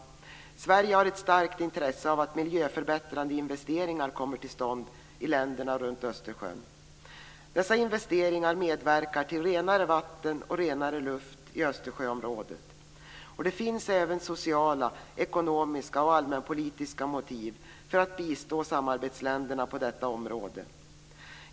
Sverige har ett starkt intresse av att miljöförbättrande investeringar kommer till stånd i länderna runt Östersjön. Dessa investeringar medverkar till renare vatten och renare luft i Östersjöområdet. Det finns även sociala, ekonomiska och allmänpolitiska motiv för att bistå samarbetsländerna på detta område.